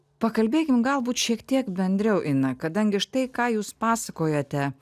pakalbėkim galbūt šiek tiek bendriau ina kadangi štai ką jūs pasakojate